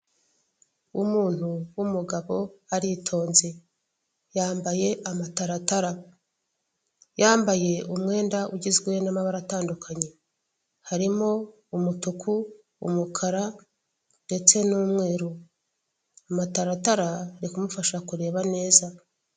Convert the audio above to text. Umuntu w'umugabo aritonze yambaye amataratara yambaye umwenda ugizwe n'amabara atandukanye, harimo umutuku umukara ndetse n'umweru, amataratara arimufasha kureba neza.